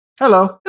Hello